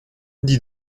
dis